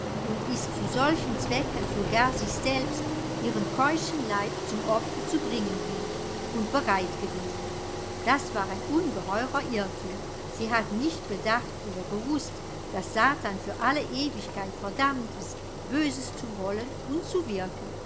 und ist zu solchem zwecke sogar sich selbst ihren keuschen leib zum opfer zu bringen willig und bereit gewesen das war ein ungeheurer irrtum sie hat nicht bedacht oder gewußt daß satan für alle ewigkeit verdammt ist böses zu wollen und zu wirken